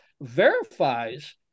verifies